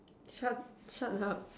shut shut the hell up